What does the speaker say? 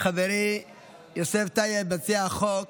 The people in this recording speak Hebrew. חברי יוסף טייב מציע החוק,